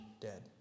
dead